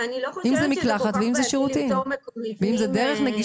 אני לא חושבת שזה כל כך בעייתי --- אני קוראת את הדברים